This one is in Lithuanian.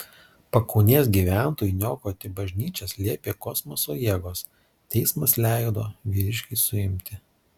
pakaunės gyventojui niokoti bažnyčias liepė kosmoso jėgos teismas leido vyriškį suimti